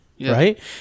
right